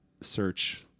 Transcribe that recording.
search